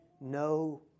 no